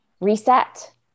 reset